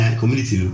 community